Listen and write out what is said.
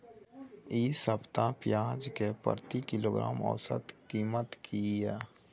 इ सप्ताह पियाज के प्रति किलोग्राम औसत कीमत की हय?